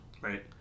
Right